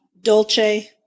dolce